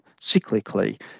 cyclically